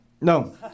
No